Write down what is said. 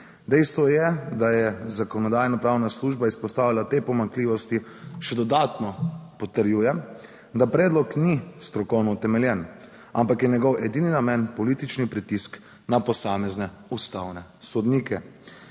Dejstvo je, da je Zakonodajno-pravna služba izpostavila te pomanjkljivosti, še dodatno potrjuje, da predlog ni strokovno utemeljen, ampak je njegov edini namen politični pritisk na posamezne ustavne sodnike.